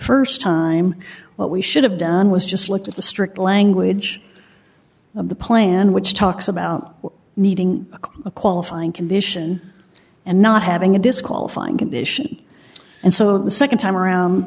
st time what we should have done was just look at the strict language of the plan which talks about needing a qualifying condition and not having a disqualifying condition and so the nd time